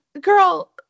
girl